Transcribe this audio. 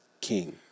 King